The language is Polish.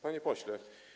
Panie Pośle!